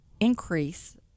increase